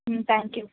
ம் thank you